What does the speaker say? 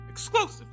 exclusive